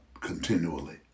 continually